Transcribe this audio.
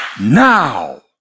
now